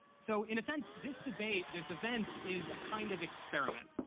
so in a sense, this debate, this event is a kind of experiment.